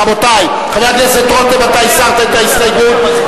רבותי, חבר הכנסת רותם, אתה הסרת את ההסתייגות?